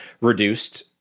reduced